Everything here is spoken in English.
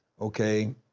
Okay